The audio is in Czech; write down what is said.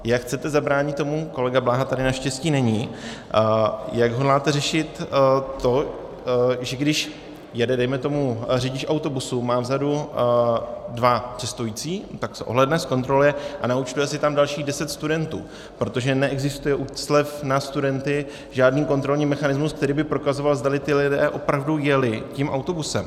Jak chcete zabránit tomu, kolega Bláha tady naštěstí není, jak hodláte řešit to, že když jede dejme tomu řidič autobusu, má vzadu dva cestující, tak se ohlédne, zkontroluje a naúčtuje si tam dalších 10 studentů, protože neexistuje u slev na studenty žádný kontrolní mechanismus, který by prokazoval, zdali ti lidé opravdu jeli tím autobusem?